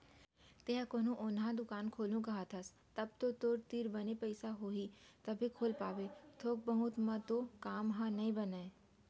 तेंहा कोनो ओन्हा दुकान खोलहूँ कहत हस तव तो तोर तीर बने पइसा होही तभे खोल पाबे थोक बहुत म तो काम ह नइ बनय